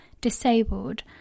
disabled